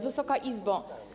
Wysoka Izbo!